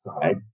side